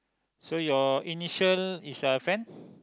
so your initial is a fan